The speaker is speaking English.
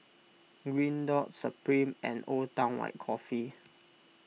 Green Dot Supreme and Old Town White Coffee